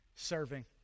serving